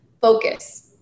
Focus